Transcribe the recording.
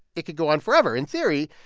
it could go on forever in theory.